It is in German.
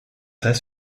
heißt